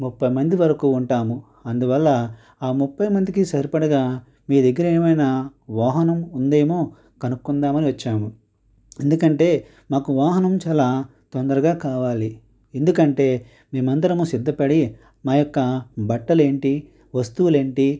ముప్పై మంది వరకు ఉంటాము అందువల్ల ఆ ముప్పై మందికి సరిపడగా మీ దగ్గర ఏమైనా వాహనం ఉందేమో కనుక్కుందామని వచ్చాము ఎందుకంటే మాకు వాహనం చాలా తొందరగా కావాలి ఎందుకంటే మేమందరము సిద్ధపడి మా యొక్క బట్టలు ఏంటి వస్తువులు ఏంటి